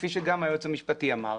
כפי שגם היועץ המשפטי אמר,